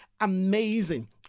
Amazing